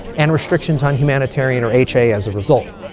and restrictions on humanitarian or ha as a result.